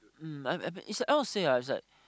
mm I I it's like how to say ah it's like